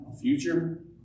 future